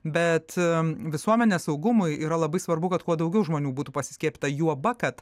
bet visuomenės saugumui yra labai svarbu kad kuo daugiau žmonių būtų pasiskiepyta juoba kad